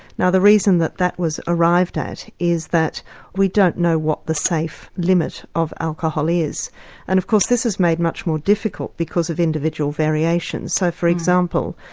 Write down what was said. now the reason that that was arrived at is that we don't know what the safe limit of alcohol is. and of course this is made much more difficult because of individual variations. so, for example,